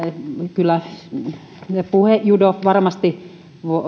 kyllä puhejudoa varmasti